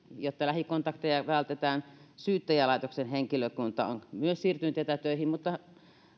jotta lähikontakteja vältetään syyttäjälaitoksen henkilökunta on myös siirtynyt etätöihin mutta